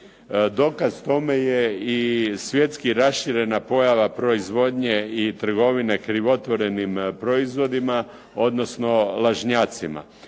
Dokaz tome je i svjetski raširena pojava proizvodnje i trgovine krivotvorenim proizvodima odnosno lažnjacima.